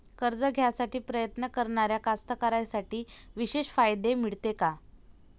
कर्ज घ्यासाठी प्रयत्न करणाऱ्या कास्तकाराइसाठी विशेष फायदे मिळते का?